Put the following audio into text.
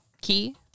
key